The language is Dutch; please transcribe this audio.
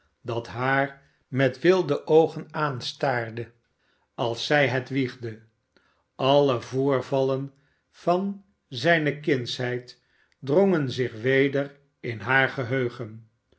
dat haar met wilde oogen aanstaarde als zij het wiegde alle voorvallen van zijne kindsheid drongen zich weder in haar geheugen